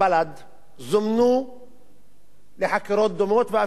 שזומנו לחקירות דומות ואפילו יותר גרועות,